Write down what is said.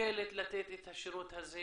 מסוגלת לתת את השירות הזה